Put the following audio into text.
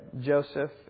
Joseph